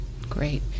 Great